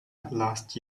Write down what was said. last